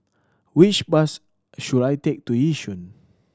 which bus should I take to Yishun